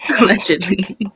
Allegedly